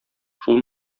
шул